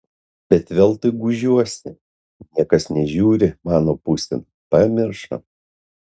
bet veltui gūžiuosi niekas nežiūri mano pusėn pamiršo